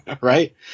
Right